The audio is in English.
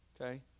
Okay